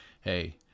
Hey